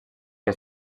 que